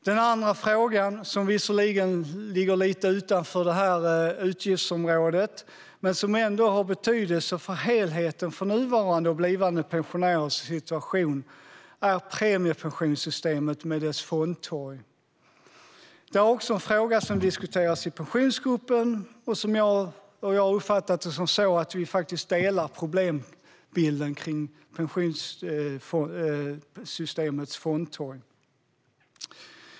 Den andra frågan, som visserligen ligger lite utanför utgiftsområdet men som ändå har betydelse för helheten i nuvarande och blivande pensionärers situation, är premiepensionssystemet med dess fondtorg. Detta är också en fråga som diskuterats i Pensionsgruppen. Jag har uppfattat det som att vi är överens om problembilden rörande pensionssystemets fondtorg.